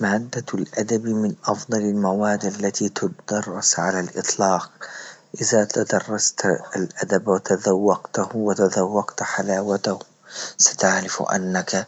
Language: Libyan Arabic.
معدة أدب من أفضل المواد التي تدرس على الإطلاق، إزا تدرست أدب وتذوقته وتذوقت حلاوته ستعرف أنك